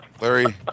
Larry